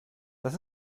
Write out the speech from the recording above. das